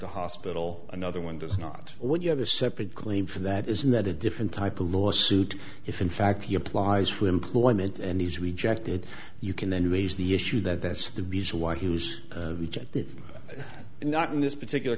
the hospital another one does not what you have a separate claim for that isn't that a different type of lawsuit if in fact he applies for employment and he's rejected you can then raise the issue that that's the reason why who's rejected and not in this particular